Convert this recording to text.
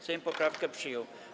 Sejm poprawkę przyjął.